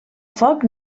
foc